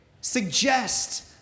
suggest